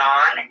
on